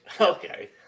Okay